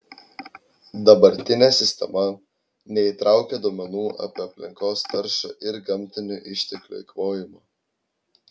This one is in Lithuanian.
dabartinė sistema neįtraukia duomenų apie aplinkos taršą ir gamtinių išteklių eikvojimą